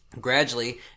Gradually